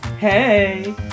Hey